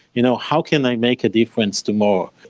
you know how can i make a difference tomorrow?